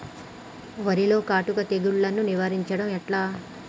వరిలో కాటుక తెగుళ్లను నివారించడం ఎట్లా?